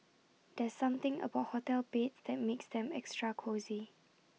there's something about hotel beds that makes them extra cosy